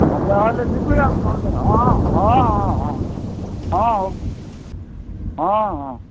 ସମୟ ହେଲେ ଯିବି ଆଉ ନହେଲେ ହଁ ହଁ ହଁ ହଁ ହଁ ହଉ ହଁ ହଁ